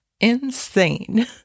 insane